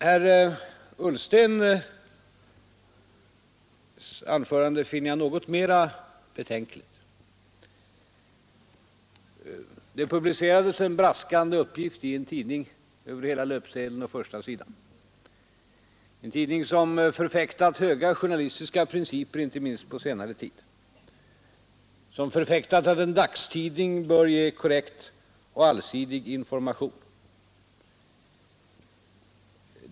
Herr Ullstens anförande finner jag mera betänkligt. Det publicerades en braskande uppgift av en tidning över hela löpsedeln och förstasidan, en tidning som förfäktat höga journalistiska principer inte minst på senare tid och som understrukit att en dagstidning bör ge korrekt och allsidig information.